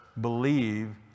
believe